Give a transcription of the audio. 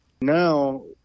now